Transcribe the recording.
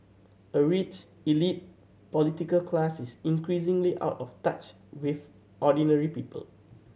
a rich elite political class is increasingly out of touch with ordinary people